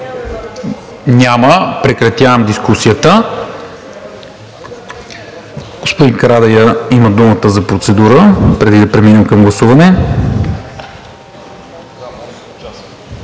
Няма. Прекратявам дискусията. Господин Карадайъ има думата за процедура, преди да преминем към гласуване.